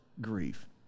grief